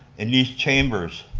in these chambers,